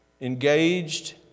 engaged